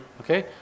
Okay